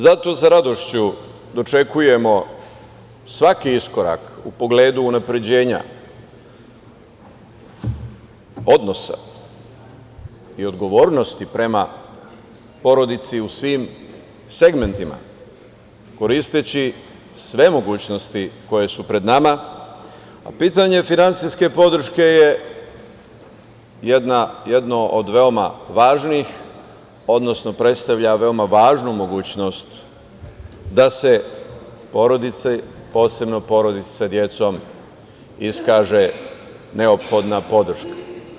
Zato sa radošću dočekujemo svaki iskorak u pogledu unapređenja odnosa i odgovornosti prema porodici u svim segmentima, koristeći sve mogućnosti koje su pred nama, a pitanje finansijske podrške je jedno od veoma važnih, odnosno predstavlja veoma važnu mogućnost da se porodici, posebno porodice sa decom, iskaže neophodna podrška.